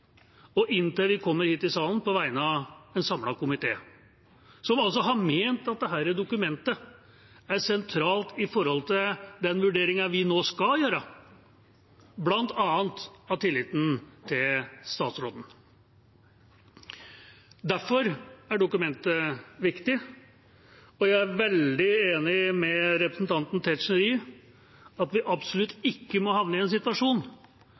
og inntil vi kommer hit i salen, er det på vegne av en samlet komité, som altså har ment at dette dokumentet er sentralt for den vurderingen vi nå skal gjøre, bl.a. av tilliten til statsråden. Derfor er dokumentet viktig. Jeg er veldig enig med representanten Tetzschner i at vi absolutt ikke må havne i en situasjon